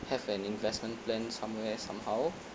have an investment plan somewhere somehow